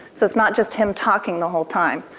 so it's not just him talking the whole time.